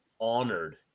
honored